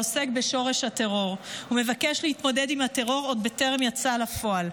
העוסק בשורש הטרור ומבקש להתמודד עם הטרור עוד בטרם יצא לפועל.